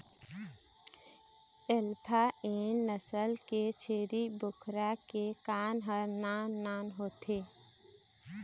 alpine नसल के छेरी बोकरा के कान ह नान नान होथे